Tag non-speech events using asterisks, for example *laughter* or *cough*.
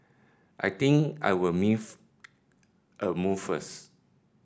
I think I'll *unintelligible* a move first